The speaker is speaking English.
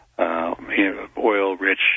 Oil-rich